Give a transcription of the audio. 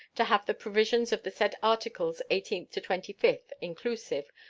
to have the provisions of the said articles eighteenth to twenty-fifth, inclusive,